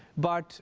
but